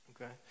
okay